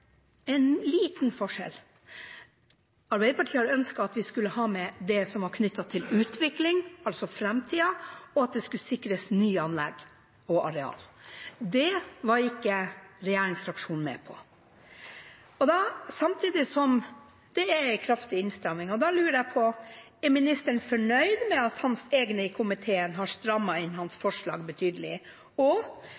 skulle sikres nye anlegg og areal. Det var ikke regjeringsfraksjonen med på, samtidig som de har en kraftig innstramming. Da lurer jeg på: Er statsråden fornøyd med at hans egne i komiteen har strammet inn hans